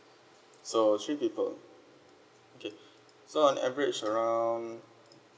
so three people okay so on average around